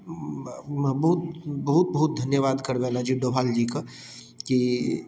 बहुत बहुत धन्यबाद करबइन अजित डोभाल जीकऽ की